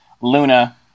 Luna